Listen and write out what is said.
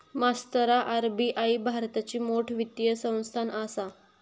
मास्तरा आर.बी.आई भारताची मोठ वित्तीय संस्थान आसा